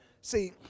See